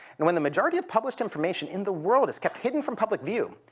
and when the majority of published information in the world is kept hidden from public view,